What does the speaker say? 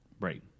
Right